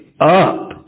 up